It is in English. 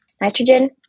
nitrogen